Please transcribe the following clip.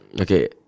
Okay